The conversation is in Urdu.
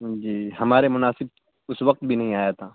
جی ہمارے مناسب اس وقت بھی نہیں آیا تھا